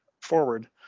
forward